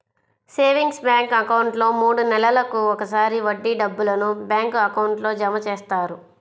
savings bank అకౌంట్లో మూడు నెలలకు ఒకసారి వడ్డీ డబ్బులను బ్యాంక్ అకౌంట్లో జమ చేస్తారు